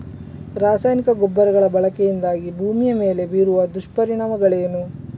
ರಾಸಾಯನಿಕ ಗೊಬ್ಬರಗಳ ಬಳಕೆಯಿಂದಾಗಿ ಭೂಮಿಯ ಮೇಲೆ ಬೀರುವ ದುಷ್ಪರಿಣಾಮಗಳೇನು?